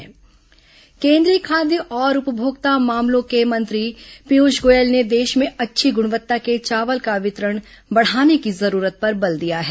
चावल ग्णवत्ता केंद्रीय खाद्य और उपभोक्ता मामलों के मंत्री पीयूष गोयल ने देश में अच्छी गुणवत्ता के चावल का वितरण बढ़ाने की जरूरत पर बल दिया है